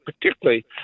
particularly